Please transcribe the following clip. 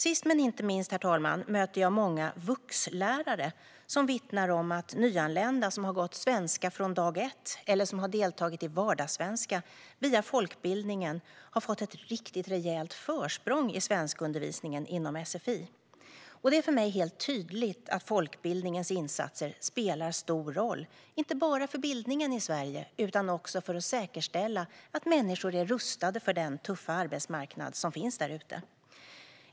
Sist men inte minst, herr talman, möter jag även många vuxlärare som vittnar om att nyanlända som har gått kursen Svenska från dag ett eller som har deltagit i Vardagssvenska via folkbildningen har fått ett riktigt rejält försprång i svenskundervisningen inom sfi. Det är för mig helt tydligt att folkbildningens insatser spelar stor roll, inte bara för bildningen i Sverige utan också för att säkerställa att människor är rustade för den tuffa arbetsmarknad som finns där ute.